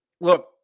look